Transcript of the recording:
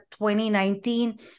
2019